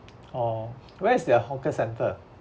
oh where is their hawker centre